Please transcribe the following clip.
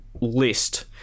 list